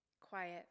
quiet